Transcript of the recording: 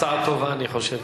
הצעה טובה, אני חושב.